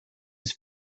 his